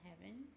heavens